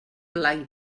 blai